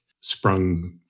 sprung